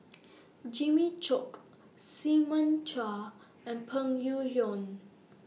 Jimmy Chok Simon Chua and Peng Yuyun